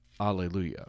Alleluia